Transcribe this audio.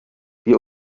wir